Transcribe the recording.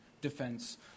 defense